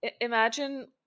Imagine